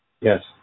Yes